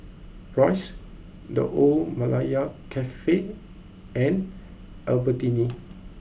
Royce the Old Malaya Cafe and Albertini